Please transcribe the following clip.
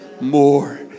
more